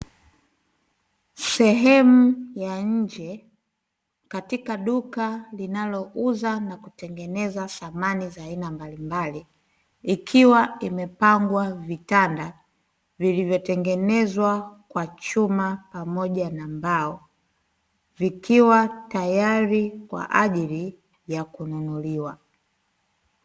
Sehemu ya nje katika duka linalouza na kutengeneza samani za aina mbalimbali, ikiwa imepangwa vitanda vilivyotengenezwa kwa chuma pamoja na mbao, vikiwa tayari kwa ajili ya kununuliwa.